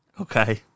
Okay